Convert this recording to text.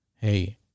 Hey